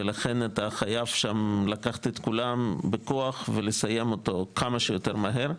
ולכן אתה חייב לקחת את כולם בכוח ולסיים אותו כמה שיותר מהר.